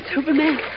Superman